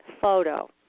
photo